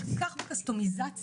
כל כך עם קסטומיזציה,